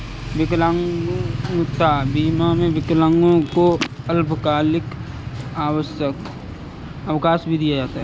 विकलांगता बीमा में विकलांगों को अल्पकालिक अवकाश भी दिया जाता है